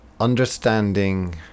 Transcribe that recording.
understanding